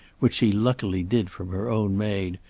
which she luckily did from her own maid,